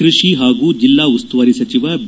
ಕೃಷಿ ಹಾಗೂ ಜಿಲ್ಲಾ ಉಸ್ತುವಾರಿ ಸಚಿವ ಬಿ